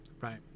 right